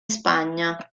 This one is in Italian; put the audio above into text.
spagna